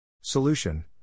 Solution